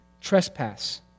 trespass